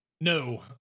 No